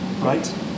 right